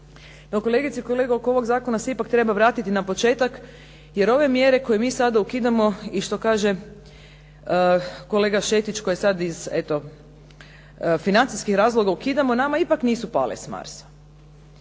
No, kolegice i kolege, oko ovog zakona se ipak treba vratiti na početak jer ove mjere koje mi sada ukidamo i što kaže kolega Šetić koji sad iz, eto financijskih razloga ukidamo, nama ipak nisu pale s Marsa.